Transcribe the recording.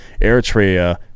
Eritrea